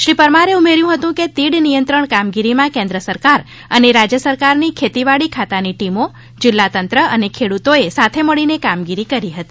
શ્રી પરમારે ઉમેર્યું હતું કે તીડ નિયંત્રણ કામગીરીમાં કેન્દ્ર સરકાર અને રાજ્ય સરકારની ખેતીવાડી ખાતાની ટીમો જિલ્લાતંત્ર અને ખેડૂતોએ સાથે મળીને કામગીરી કરી હતી